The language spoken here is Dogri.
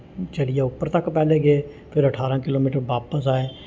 चलियै उप्पर तक पैह्लें गे फिर अठारां किलोमीटर बापस आए